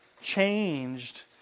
changed